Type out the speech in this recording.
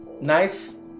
Nice